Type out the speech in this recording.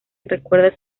recuerda